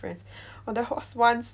there was once